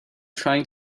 trying